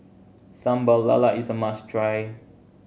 Sambal Lala is a must try